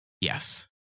Yes